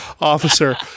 officer